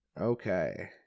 okay